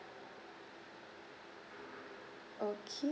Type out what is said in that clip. okay